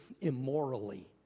immorally